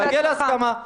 להגיע להסכמה.